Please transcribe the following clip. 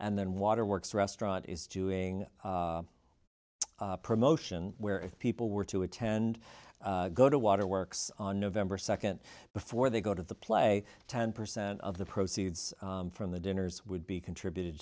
and then waterworks restaurant is doing promotion where if people were to attend go to waterworks on november second before they go to the play ten percent of the proceeds from the dinners would be contributed